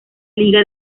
liga